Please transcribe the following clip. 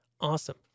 Awesome